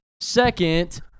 Second-